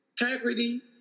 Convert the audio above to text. integrity